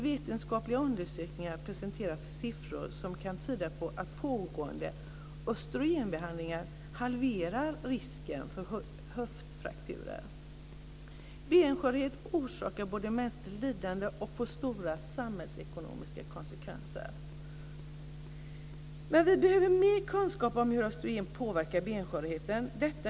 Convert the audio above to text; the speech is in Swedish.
I vetenskapliga undersökningar presenteras siffror som kan tyda på att pågående östrogenbehandling halverar risken för höftfrakturer. Benskörhet orsakar både mänskligt lidande och får stora samhällsekonomiska konsekvenser. Men vi behöver mer kunskap om hur östrogen påverkar benskörheten.